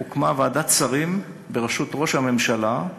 הוקמה ועדת שרים בראשות ראש הממשלה,